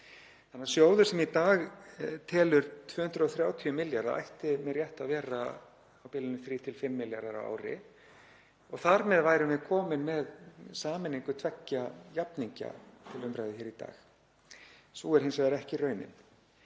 málið upp. Sjóður sem í dag telur 230 milljónir ætti með réttu að vera á bilinu 3–5 milljarðar á ári. Þar með værum við komin með sameiningu tveggja jafningja til umræðu hér í dag. Sú er hins vegar ekki raunin.